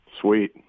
Sweet